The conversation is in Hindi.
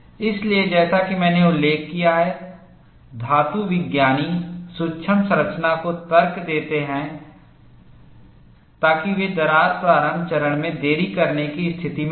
इसलिए जैसा कि मैंने उल्लेख किया है धातुविज्ञानी सूक्ष्म संरचना को तर्क देते हैं ताकि वे दरार प्रारंभ चरण में देरी करने की स्थिति में हों